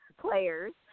players